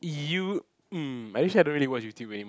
you mm actually I don't really watch YouTube anymore